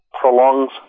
prolongs